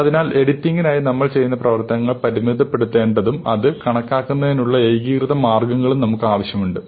അതിനാൽ എഡിറ്റിംഗിനായി നമ്മൾ ചെയ്യുന്ന പ്രവർത്തനങ്ങൾ പരിമിതപ്പെടുത്തേണ്ടതും അത് കണക്കാക്കുന്നതിനുള്ള ഏകീകൃത മാർഗ്ഗങ്ങളും നമുക്ക് ആവശ്യമുണ്ട്